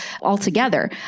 altogether